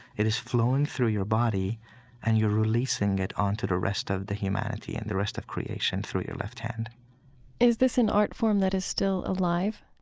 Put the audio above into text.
it is flowing through your body and you're releasing it onto the rest of the humanity and the rest of creation through your left hand is this an art form that is still alive?